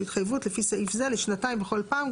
התחייבות לפי סעיף זה לשנתיים בכל פעם.